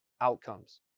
outcomes